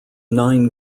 nine